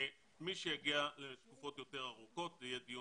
מי שמגיע לתקופות יותר ארוכות יהיה דיון